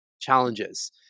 challenges